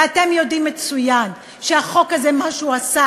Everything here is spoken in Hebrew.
ואתם יודעים מצוין שמה שהחוק הזה עשה,